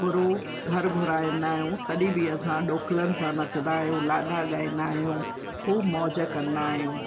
गुरु घर घुराईंदा आहियूं तॾहिं असां ॾोकलनि सां नचंदा आहियूं लाॾा ॻाईंदा आहियूं ख़ूब मौज कंदा आहियूंं